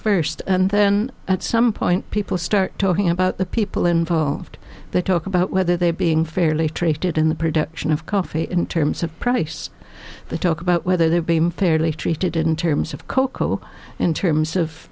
first and then at some point people start talking about the people involved that talk about whether they are being fairly treated in the production of coffee in terms of price they talk about whether they're being fairly treated in terms of cocoa in terms of